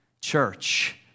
Church